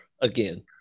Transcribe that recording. again